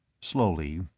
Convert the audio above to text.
Slowly